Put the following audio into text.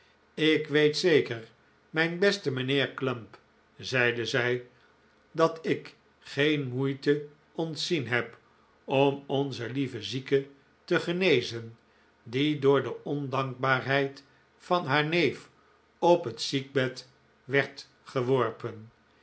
ik weet zeker mijn beste mijnheer clump zeide zij dat ik geen moeite ontzien heb om onze lieve zieke te genezen die door de ondankbaarheid van haar neef op het ziekbed werd geworpen